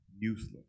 useless